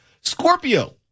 Scorpio